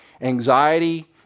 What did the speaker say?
anxiety